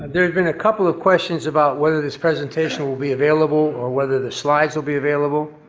there have been a couple of questions about whether this presentation will be available, or whether the slides will be available.